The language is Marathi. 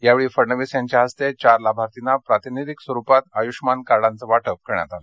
यावेळी फडणवीस यांच्या हस्ते चार लाभार्थींना प्रातिनिधीक स्वरूपात आयृष्यमान कार्डांचं वाटप करण्यात आलं